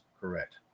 correct